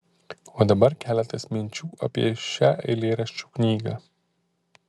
o dabar keletas minčių apie šią eilėraščių knygą